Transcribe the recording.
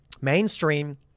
mainstream